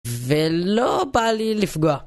ולא בא לי לפגוע